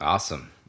Awesome